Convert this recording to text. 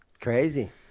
Crazy